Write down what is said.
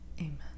Amen